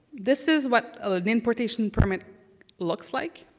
this is what an importation permit looks like,